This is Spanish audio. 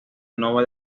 nova